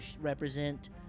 represent